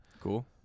Cool